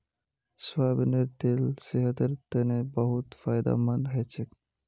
सोयाबीनेर तेल सेहतेर तने बहुत फायदामंद हछेक